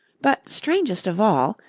but, strangest of all,